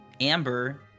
amber